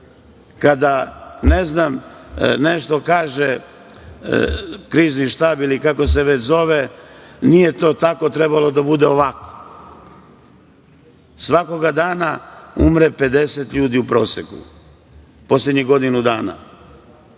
Kada nešto kaže Krizni štab ili kako se već zove, nije to tako, trebalo je da bude ovako. Svakog dana umre 50 ljudi u proseku, poslednjih godinu dana.